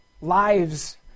Lives